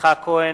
יצחק כהן,